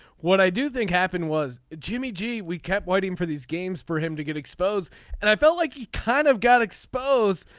what i do think happened was jimmy g we kept waiting for these games for him to get exposed and i felt like he kind of got exposed.